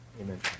Amen